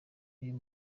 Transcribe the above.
uyu